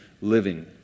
living